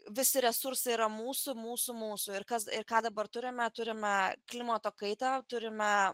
visi resursai yra mūsų mūsų mūsų ir kas ir ką dabar turime turime klimato kaitą turime